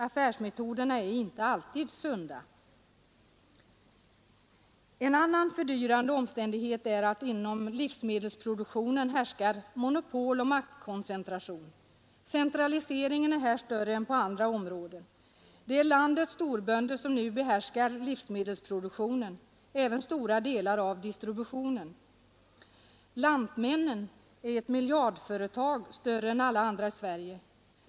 Affärsmetoderna är inte alltid sunda. Finansdebatt En annan fördyrande omständighet är att inom livsmedelsproduk tionen härskar monopol och maktkoncentration. Centraliseringen är här större än på andra områden. Det är landets storbönder som nu behärskar nen” är ett miljardföretag, större än alla andra i Sverige.